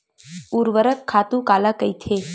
ऊर्वरक खातु काला कहिथे?